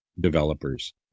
developers